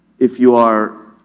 if you are